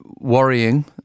worrying